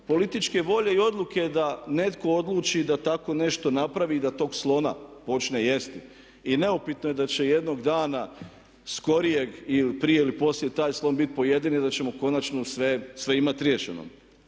političke volje i odluke da netko odluči da tako nešto napravi i da tog slona počne jesti. I neupitno je da će jednog dana skorijeg ili prije ili poslije taj slon biti pojeden i da ćemo konačno sve imati riješeno.